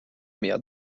mia